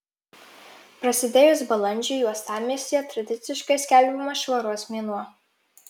prasidėjus balandžiui uostamiestyje tradiciškai skelbiamas švaros mėnuo